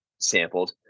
sampled